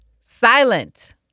Silent